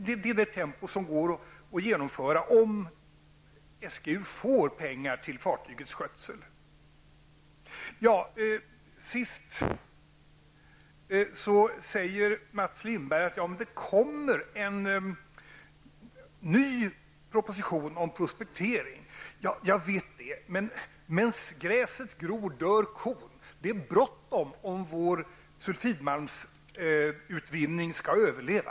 Men det är det tempo som är möjligt när det gäller att genomföra detta, om nu SGU får pengar till fartygets skötsel. Till sist: Mats Lindberg säger att det kommer en ny proposition om prospektering. Ja, jag vet det. Men medan gräset gror dör kon. Det är bråttom. Det handlar ju om att vår verksamhet med sulfitmalmsutvinning skall överleva.